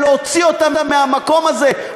להוציא אותם מהמקום הזה.